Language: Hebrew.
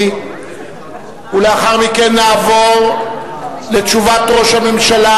ולאחר מכן נעבור לתשובת ראש הממשלה,